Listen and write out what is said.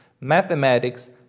mathematics